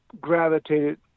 gravitated